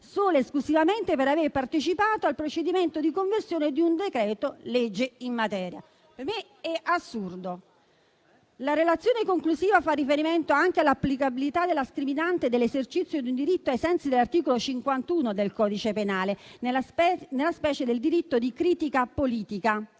espresse esclusivamente per avere partecipato al procedimento di conversione di un decreto-legge in materia. Per me è assurdo. La relazione conclusiva fa riferimento anche all'applicabilità della scriminante dell'esercizio di un diritto, ai sensi dell'articolo 51 del codice penale, nella specie del diritto di critica politica.